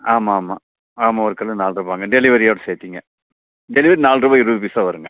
ஆமாம் ஆமாம் ஆமாம் ஒரு கல் நால்ரூபாங்க டெலிவரியோட சேர்த்திங்க டெலிவரி நால்ரூபா இருபது பைசா வருங்க